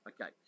okay